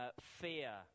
fear